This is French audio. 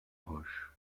roche